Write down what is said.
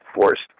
forced